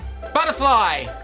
Butterfly